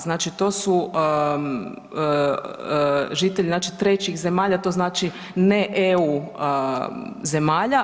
Znači to su žitelji znači trećih zemalja to znači ne EU zemalja.